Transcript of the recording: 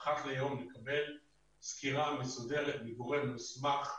אחת ליום לקבל סקירה מסוגרת מגורם מוסמך,